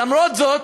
למרות זאת,